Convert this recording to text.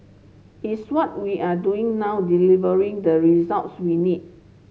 is what we are doing now delivering the results we need